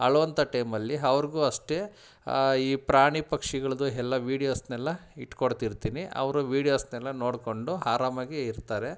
ಅಳೋವಂಥ ಟೈಮಲ್ಲಿ ಅವರ್ಗೂ ಅಷ್ಟೇ ಈ ಪ್ರಾಣಿ ಪಕ್ಷಿಗಳದ್ದು ಎಲ್ಲ ವೀಡಿಯೋಸ್ನೆಲ್ಲ ಇಟ್ಟ್ಕೊಡ್ತಿರ್ತೀನಿ ಅವರು ವೀಡಿಯೋಸ್ನೆಲ್ಲ ನೋಡಿಕೊಂಡು ಆರಾಮಾಗಿ ಇರ್ತಾರೆ